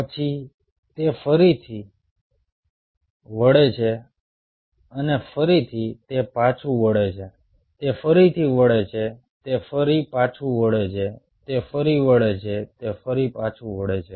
પછી તે ફરી વળે છે અને ફરીથી તે પાછું વળે છે તે ફરી વળે છે તે ફરી પાછું વળે છે તે ફરી વળે છે તે પાછું વળે છે